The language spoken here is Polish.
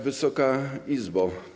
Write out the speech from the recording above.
Wysoka Izbo!